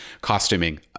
costuming